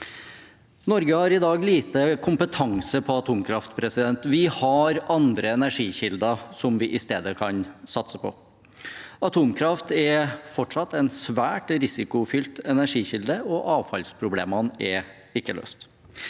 Norge har i dag lite kompetanse på atomkraft. Vi har andre energikilder vi i stedet kan satse på. Atomkraft er fortsatt en svært risikofylt energikilde, og avfallsproblemene er ikke løst.